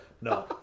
No